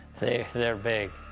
they they're big.